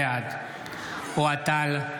בעד אוהד טל,